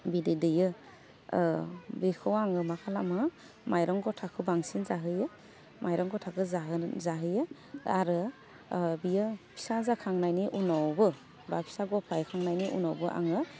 बिदै दैयो ओह बेखौ आङो मा खालामो माइरं गथाखौ बांसिन जाहोयो माइरं गथाखो जाहोनो जाहोयो आरो ओह बियो फिसा जाखांनायनि उनावबो बा फिसाग' बायखांनायनि उनावबो आङो